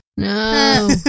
No